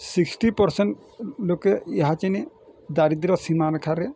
sixty percent ଲୋକେ ଏହାତିନି ଦାରିଦ୍ରସୀମା ରେଖାରେ